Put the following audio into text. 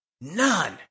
None